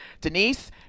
Denise